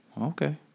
Okay